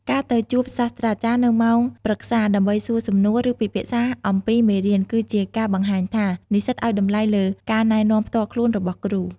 ការទៅជួបសាស្រ្តាចារ្យនៅម៉ោងប្រឹក្សាដើម្បីសួរសំណួរ ឬពិភាក្សាអំពីមេរៀន គឺជាការបង្ហាញថា និស្សិតឱ្យតម្លៃលើការណែនាំផ្ទាល់ខ្លួនរបស់គ្រូ។